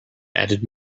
added